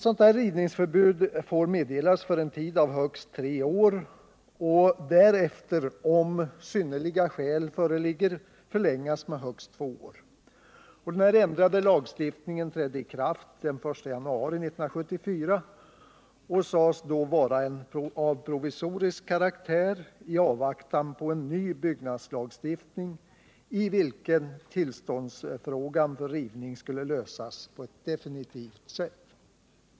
Sådant rivningsförbud får meddelas för en tid av högst tre år och därefter — om synnerliga skäl föreligger — förlängas med högst två år. Den ändrade lagstiftningen trädde i kraft den 1 januari 1974 och sades vara av provisorisk karaktär i avvaktan på en ny byggnadslagstiftning, i vilken tillståndsfrågan för rivning skulle lösas på ett definitivt sätt.